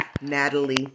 Natalie